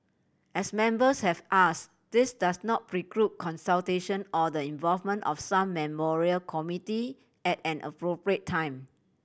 as members have ask this does not preclude consultation or the involvement of some memorial committee at an appropriate time